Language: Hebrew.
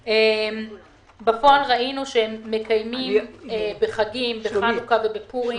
בפועל ראינו שהם מקיימים בחנוכה ובפורים